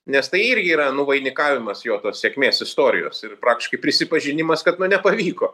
nes tai irgi yra nuvainikavimas jo tos sėkmės istorijos ir praktiškai prisipažinimas kad no nepavyko